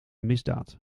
misdaad